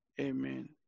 Amen